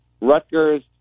Rutgers